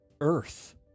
Earth